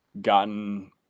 gotten